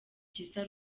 gisa